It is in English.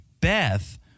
Beth